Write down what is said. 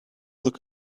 look